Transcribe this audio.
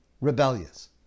rebellious